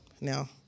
Now